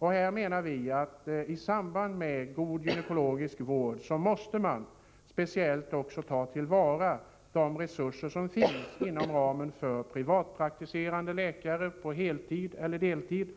Vi menar att i samband med god gynekologisk vård måste man speciellt ta till vara de resurser som finns inom ramen för privatpraktiserande läkares verksamhet på heltid eller deltid.